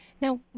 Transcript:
Now